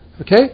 Okay